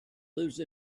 lose